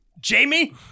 Jamie